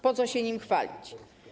Po co się nim chwalić?